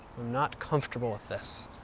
not comfortable with this.